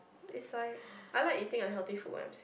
is like I like eating unhealthy food when I am sick